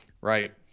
right